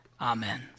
Amen